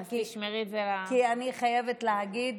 אני חייבת להגיד: